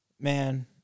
Man